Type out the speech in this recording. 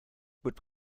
would